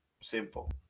simple